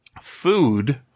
food